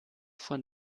von